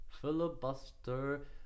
Filibuster